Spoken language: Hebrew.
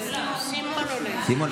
סימון עולה, כן.